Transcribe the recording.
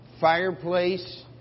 fireplace